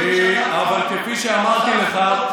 אין אינטרס יותר, אבל כפי שאמרתי לך,